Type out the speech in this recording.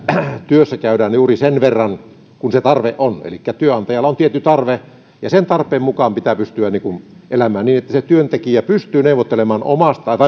työssä käydään juuri sen verran kuin se tarve on työnantajalla on tietty tarve ja sen tarpeen mukaan pitää pystyä elämään niin että se työntekijä pystyy neuvottelemaan